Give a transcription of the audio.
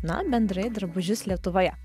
na bendrai drabužius lietuvoje